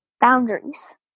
boundaries